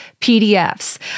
PDFs